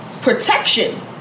protection